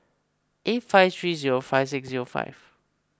eight five three zero five six zero five